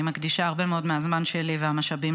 אני מקדישה הרבה מאוד מהזמן שלי והמשאבים